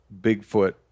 Bigfoot